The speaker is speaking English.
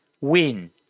win